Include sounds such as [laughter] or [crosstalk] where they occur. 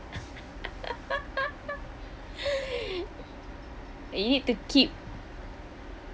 [laughs] you need to keep